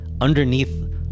Underneath